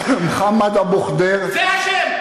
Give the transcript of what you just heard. מוחמד אבו ח'דיר שהיד או לא שהיד?